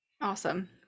Awesome